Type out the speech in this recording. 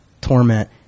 torment